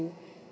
do